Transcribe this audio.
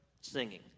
singing